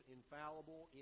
infallible